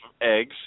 eggs